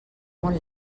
molt